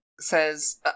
says